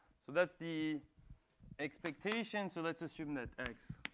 so that's the expectation so let's assume that x